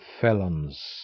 felons